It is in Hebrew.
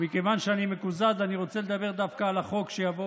ומכיוון שאני מקוזז אני רוצה לדבר דווקא על החוק שיבוא